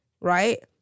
right